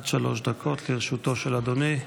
עד שלוש דקות לרשותו של אדוני.